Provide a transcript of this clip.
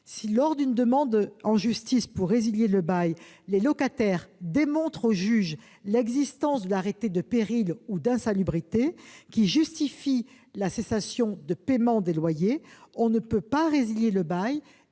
Si, lors d'une demande en justice pour résilier le bail, les locataires démontrent au juge l'existence de l'arrêté de péril ou d'insalubrité justifiant la cessation de paiement des loyers, le bail ne peut pas être résilié